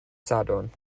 sadwrn